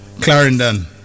Clarendon